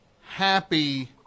happy